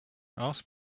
asked